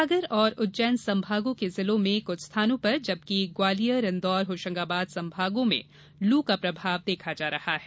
सागर एवं उज्जैन संभागों के जिलों में कुछ स्थानों पर जबकि ग्वालियर इंदौर होशंगाबाद संभागों के जिलों में लू का प्रभाव देखा जा रहा है